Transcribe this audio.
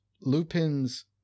Lupin's